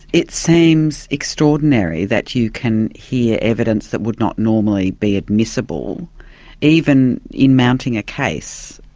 it seems extraordinary that you can hear evidence that would not normally be admissible even in mounting a case.